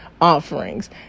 offerings